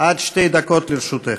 עד שתי דקות לרשותך.